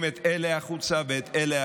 הבן אדם טינף את הפה שלו על החרדים,